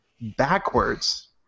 backwards